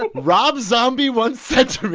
but rob zombie once said to me,